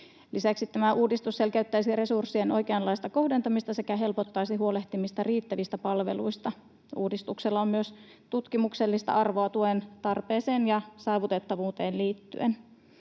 Lisäksi tämä uudistus selkeyttäisi resurssien oikeanlaista kohdentamista sekä helpottaisi huolehtimista riittävistä palveluista. Uudistuksella on myös tutkimuksellista arvoa tuen tarpeeseen ja saavutettavuuteen liittyen.